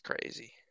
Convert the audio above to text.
crazy